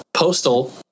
Postal